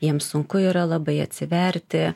jiem sunku yra labai atsiverti